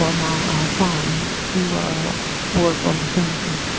form ah form to work on the census.